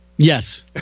Yes